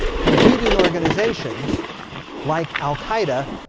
competing organizations like al-qaeda